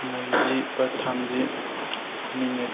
नैजि बा थामजि मिनिट